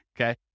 okay